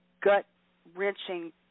gut-wrenching